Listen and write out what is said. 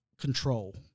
control